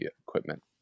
equipment